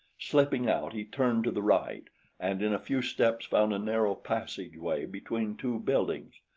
slipping out, he turned to the right and in a few steps found a narrow passageway between two buildings.